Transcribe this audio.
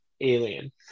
Alien